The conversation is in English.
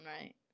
right